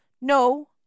No